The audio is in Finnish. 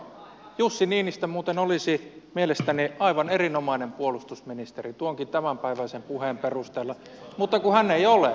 jussi niinistö muuten olisi mielestäni aivan erinomainen puolustusministeri tuonkin tämänpäiväisen puheen perusteella mutta kun hän ei ole puolustusministeri